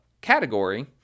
category